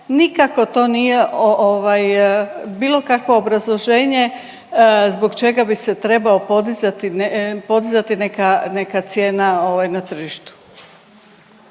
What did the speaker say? nikako to nije ovaj, bilo kakvo obrazloženje zbog čega bi se trebao podizati, podizati